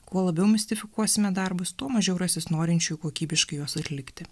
kuo labiau mistifikuosime darbus tuo mažiau rasis norinčių kokybiškai juos atlikti